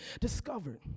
discovered